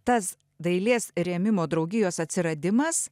tas dailės rėmimo draugijos atsiradimas